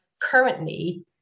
currently